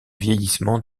vieillissement